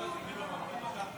ההצעה להעביר את